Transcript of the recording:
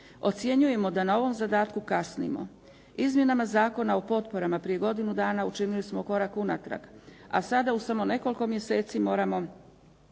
Ocjenjujemo da na ovom zadatku kasnimo. Izmjenama Zakona o potporama prije godinu dana učinili smo korak unatrag a sada u samo nekoliko mjeseci moramo